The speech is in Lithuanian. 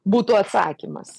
būtų atsakymas